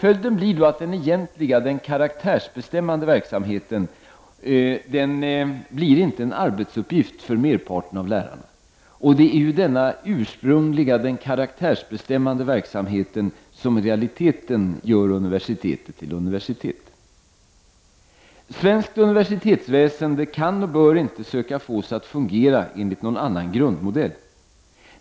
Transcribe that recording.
Följden blir att den egentliga, den karaktärsbestämmande verksamheten, inte blir en arbetsuppgift för merparten av lärarna. Det är denna ursprungliga, karaktärsbestämmande verksamhet som i realiteten gör universitetet till universitet. Svenskt universitetsväsende kan och bör inte söka fås att fungera enligt någon annan grundmodell.